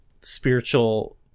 spiritual